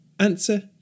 Answer